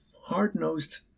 hard-nosed